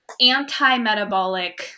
anti-metabolic